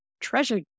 treasure